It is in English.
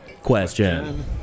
question